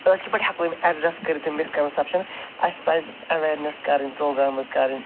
أسۍ کِتھ پٲٹھۍ ہٮ۪کو یِم اٮ۪ڈرٮ۪س کٔرِتھ یِم مِسکَنسٮ۪پشَن اَسہِ پَزِ اٮ۪ویرنٮ۪س کَرٕنۍ پرٛوگرامٕز کَرٕنۍ